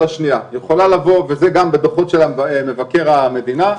השנייה וזה גם בדוחות של מבקר המדינה.